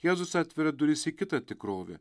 jėzus atveria duris į kitą tikrovę